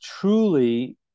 truly